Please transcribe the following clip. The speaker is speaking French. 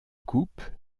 coupe